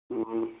ꯎꯝ